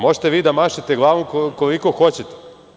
Možete vi da mašete glavom koliko hoćete.